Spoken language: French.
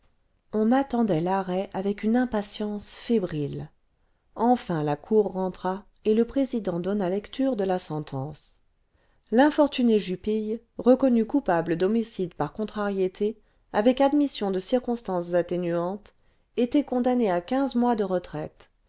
on attendait l'arrêt avec une impatience fébrile enfin la cour rentra et le président donna lecture de la sentence l'infortuné jupille reconnu coupable d'homicide par contrariété avec admission de circonstances atténuantes était condamné à quinze mois cle retraite